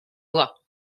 voix